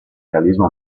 realismo